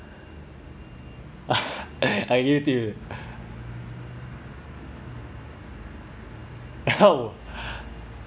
I give it to you oh